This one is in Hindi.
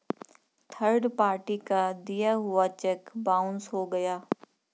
थर्ड पार्टी का दिया हुआ चेक बाउंस हो गया